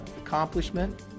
accomplishment